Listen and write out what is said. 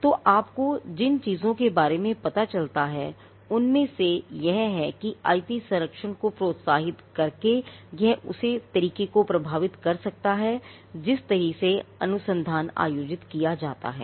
तो आपको जिन चीजों के बारे में पता चलता है उनमें से एक यह है कि आईपी संरक्षण को प्रोत्साहित करके यह उस तरीके को प्रभावित कर सकता है जिस तरह से अनुसंधान आयोजित किया जाता है